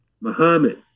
Muhammad